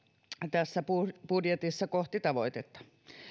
tässä budjetissa kohti tavoitetta